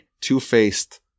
two-faced